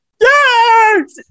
Yes